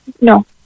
No